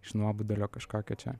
iš nuobodulio kažkokio čia